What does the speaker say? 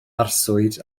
arswyd